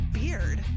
beard